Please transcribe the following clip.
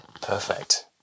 Perfect